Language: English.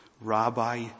Rabbi